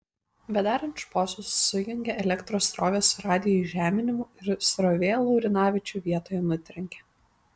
bedarant šposus sujungė elektros srovę su radijo įžeminimu ir srovė laurinavičių vietoje nutrenkė